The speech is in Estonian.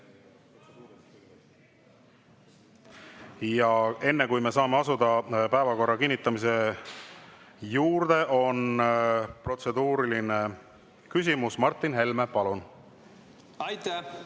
Aga enne, kui me saame asuda päevakorra kinnitamise juurde, on protseduuriline küsimus. Martin Helme, palun!